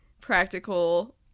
practical